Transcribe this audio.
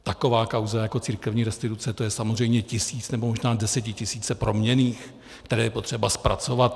Taková kauza jako církevní restituce, to je samozřejmě tisíce, možná desetitisíce proměnných, které je potřeba zpracovat.